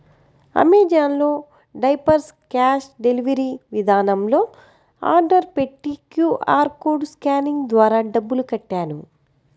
Amazon లో diapers cash delivery విధానంలో order పెట్టి క్యూ.ఆర్ కోడ్ స్కానింగ్ ద్వారా డబ్బులు కట్టాను